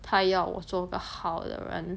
她要我做个好的人